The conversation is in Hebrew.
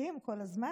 מחכים כל הזמן.